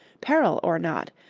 peril or not,